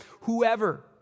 whoever